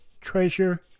treasure